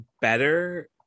better